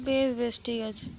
বেশ বেশ ঠিক আছে